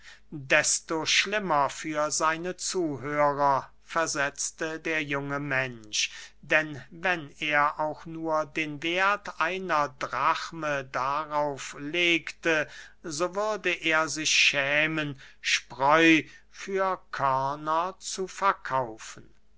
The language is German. desto schlimmer für seine zuhörer versetzte der junge mensch denn wenn er auch nur den werth einer drachme darauf legte so würde er sich schämen spreu für körner zu verkaufen